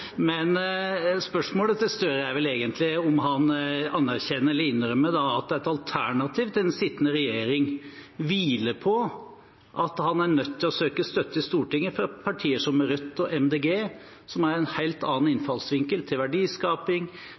men spørsmålet til Støre er vel egentlig om han anerkjenner – eller innrømmer – at et alternativ til den sittende regjering hviler på at han er nødt til å søke støtte i Stortinget fra partier som Rødt og Miljøpartiet De Grønne, som har en helt annen innfallsvinkel til verdiskaping,